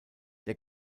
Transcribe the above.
der